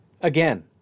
Again